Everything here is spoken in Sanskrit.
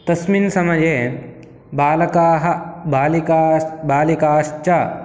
तस्मिन् समये बालकाः बालिका बालिकाश्च